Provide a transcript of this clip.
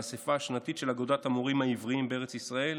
באספה השנתית של אגודת המורים העבריים בארץ ישראל,